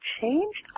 changed